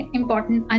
important